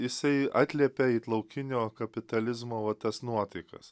jisai atliepia it laukinio kapitalizmo va tas nuotaikas